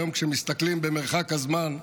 היום, כשמסתכלים במרחק הזמן,